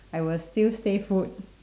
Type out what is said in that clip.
I will still stay put